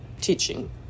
teaching